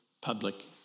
public